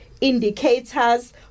indicators